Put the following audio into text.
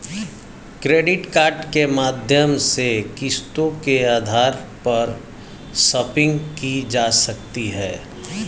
credit card के माध्यम से किस्तों के आधार पर शापिंग की जा सकती है